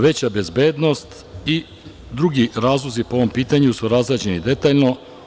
Veća bezbednost i drugi razlozi po ovom pitanju su razrađeni detaljno.